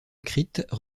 écrite